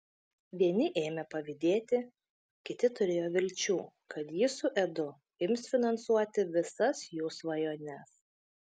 vieni ėmė pavydėti kiti turėjo vilčių kad ji su edu ims finansuoti visas jų svajones